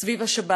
סביב השבת.